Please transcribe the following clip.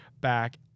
back